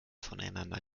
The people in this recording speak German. voneinander